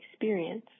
experience